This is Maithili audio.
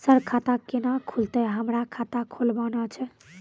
सर खाता केना खुलतै, हमरा खाता खोलवाना छै?